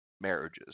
marriages